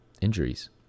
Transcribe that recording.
injuries